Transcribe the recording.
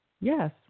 Yes